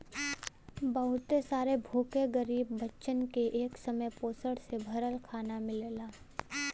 बहुत सारे भूखे गरीब बच्चन के एक समय पोषण से भरल खाना मिलला